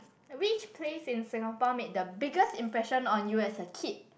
which place in Singapore made the biggest impression on you as a kid